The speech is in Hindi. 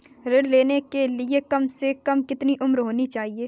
ऋण लेने के लिए कम से कम कितनी उम्र होनी चाहिए?